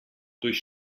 durch